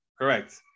Correct